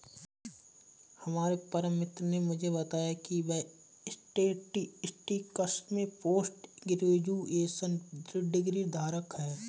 हमारे परम मित्र ने मुझे बताया की वह स्टेटिस्टिक्स में पोस्ट ग्रेजुएशन डिग्री धारक है